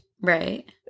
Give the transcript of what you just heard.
Right